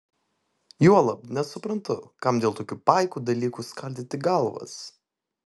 juolab nesuprantu kam dėl tokių paikų dalykų skaldyti galvas